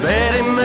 Betty